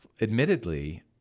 admittedly